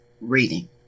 reading